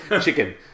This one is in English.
chicken